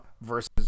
versus